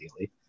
ideally